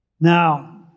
Now